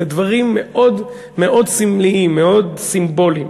אלה דברים מאוד סמליים, מאוד סימבוליים.